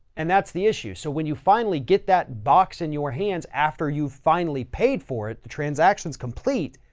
and that's the issue. so when you finally get that box in your hands, after you finally paid for it, the transaction's complete.